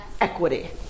equity